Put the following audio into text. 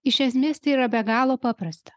iš esmės tai yra be galo paprasta